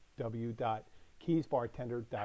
www.keysbartender.com